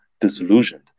disillusioned